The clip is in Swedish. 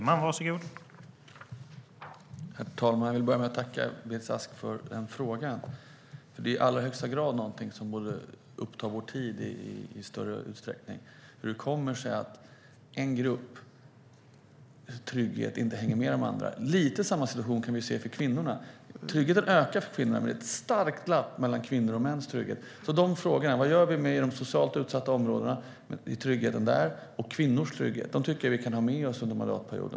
Herr talman! Jag vill börja med att tacka Beatrice Ask för den frågan. Det är i allra högsta grad någonting som borde uppta vår tid i större utsträckning: Hur kommer det sig att en grupps trygghet inte hänger med de andra? Lite samma situation kan vi se för kvinnorna. Tryggheten ökar för kvinnorna, men det är ett stort glapp mellan kvinnors trygghet och mäns trygghet. Vad gör vi när det gäller tryggheten i de socialt utsatta områdena och när det gäller kvinnors trygghet? Detta tycker jag att vi kan ha med oss under mandatperioden.